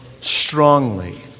strongly